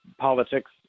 politics